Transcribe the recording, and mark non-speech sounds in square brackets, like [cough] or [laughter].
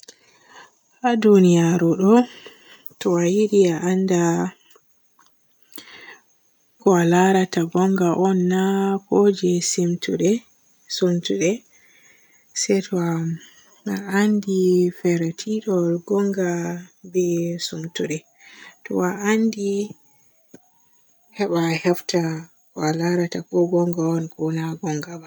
[noise] Haa duniyaru ɗo to a yiɗi a annda [hesitation] ko a laarata ngoonga on na ko je siimtude sumtude? Se to a anndi fertiɗol goonga be sumtude. To a anndi heba a hefta ko a laarata ko goonga on ko na goonga ba.